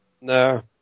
No